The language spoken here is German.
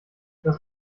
was